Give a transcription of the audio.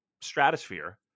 stratosphere